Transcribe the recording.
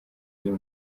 y’uyu